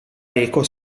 eco